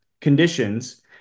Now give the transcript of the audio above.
Conditions